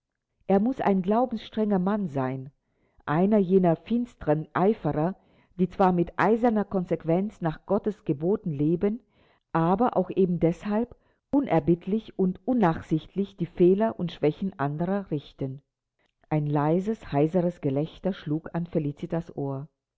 er muß ein glaubensstrenger mann sein einer jener finsteren eiferer die zwar mit eiserner konsequenz nach gottes geboten leben aber auch eben deshalb unerbittlich und unnachsichtlich die fehler und schwächen anderer richten ein leises heiseres gelächter schlug an felicitas ohr